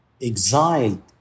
exiled